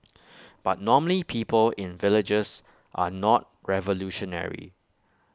but normally people in villages are not revolutionary